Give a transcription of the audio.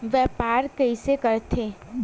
व्यापार कइसे करथे?